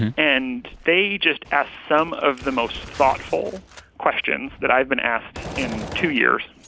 and they just asked some of the most thoughtful questions that i've been asked in two years.